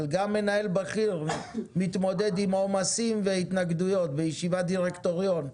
אבל גם מנהל בכיר מתמודד עם עומסים והתנגדויות בישיבת דירקטוריון.